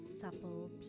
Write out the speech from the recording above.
supple